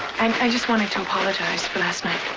i just wanteto apologize for last night.